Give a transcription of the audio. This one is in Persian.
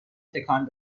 تکان